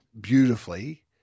beautifully